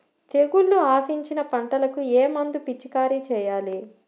తెగుళ్లు ఆశించిన పంటలకు ఏ మందు పిచికారీ చేయాలి?